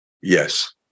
Yes